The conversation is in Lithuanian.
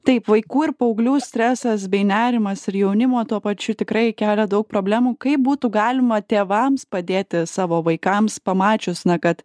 taip vaikų ir paauglių stresas bei nerimas ir jaunimo tuo pačiu tikrai kelia daug problemų kaip būtų galima tėvams padėti savo vaikams pamačius na kad